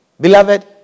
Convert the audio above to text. Beloved